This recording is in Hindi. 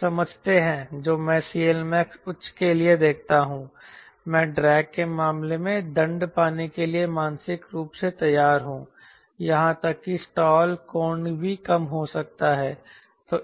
समझते हैं जो मैं CLmax उच्च के लिए देखता हूं मैं ड्रैग के मामले में दंड पाने के लिए मानसिक रूप से तैयार हूं यहां तक कि स्टॉल कोण भी कम हो सकता है